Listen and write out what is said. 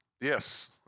Yes